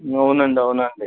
అవునండి అవునండి